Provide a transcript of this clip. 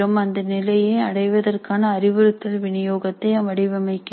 அந்த நிலையை அடைவதற்கான அறிவுறுத்தல் வினியோகத்தை வடிவமைக்கிறோம்